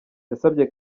yasabye